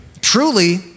truly